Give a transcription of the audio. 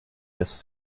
this